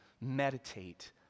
meditate